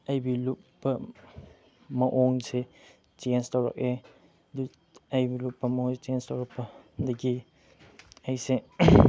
ꯑꯩꯕꯨ ꯂꯨꯞꯄ ꯃꯑꯣꯡꯁꯦ ꯆꯦꯟꯖ ꯇꯧꯔꯛꯑꯦ ꯑꯗꯨ ꯑꯩꯕꯨ ꯂꯨꯞꯄ ꯃꯑꯣꯡꯗ ꯆꯦꯟꯖ ꯇꯧꯔꯛꯄ ꯑꯗꯒꯤ ꯑꯩꯁꯦ